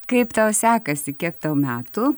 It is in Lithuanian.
kaip tau sekasi kiek tau metų